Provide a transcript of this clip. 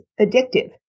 addictive